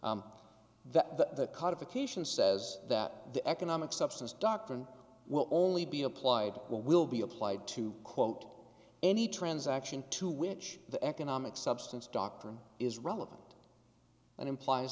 the codification says that the economic substance doctrine will only be applied will will be applied to quote any transaction to which the economic substance doctrine is relevant and implies